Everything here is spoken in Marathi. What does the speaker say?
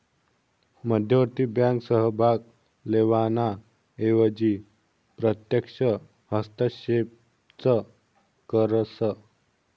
मध्यवर्ती बँक सहभाग लेवाना एवजी प्रत्यक्ष हस्तक्षेपच करस